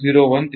તેથી ઓછા 0